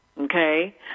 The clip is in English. Okay